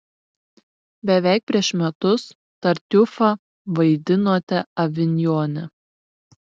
beveik prieš metus tartiufą vaidinote avinjone